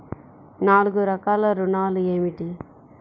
నాలుగు రకాల ఋణాలు ఏమిటీ?